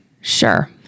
Sure